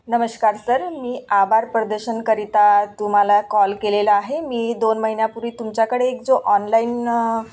नमस्कार सर मी आभार प्रदर्शनाकरिता तुम्हाला कॉल केलेलं आहे मी दोन महिन्यापूर्वी तुमच्याकडे एक जो ऑनलाईन